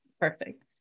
Perfect